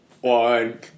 one